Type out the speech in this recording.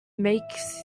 makes